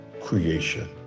creation